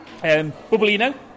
Bubblino